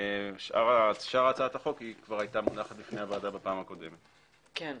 שאר הצעת החוק הייתה מונחת בפני הוועדה כבר בישיבה הקודמת כן,